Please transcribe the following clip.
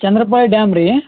Chandrapal dam ರೀ